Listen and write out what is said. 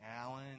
Alan